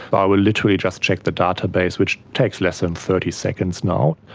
i will literally just check the database, which takes less than thirty seconds now.